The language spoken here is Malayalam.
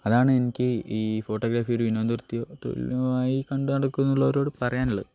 അതാണ് എനിക്ക് ഈ ഫോട്ടോഗ്രാഫി ഒരു വിനോദവൃത്തിയോ തൊഴിലായോ കൊണ്ടു നടക്കുന്നുള്ളവരോട് പറയാനുള്ളത്